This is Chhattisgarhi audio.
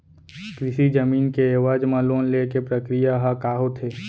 कृषि जमीन के एवज म लोन ले के प्रक्रिया ह का होथे?